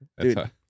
dude